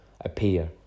appear